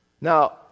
now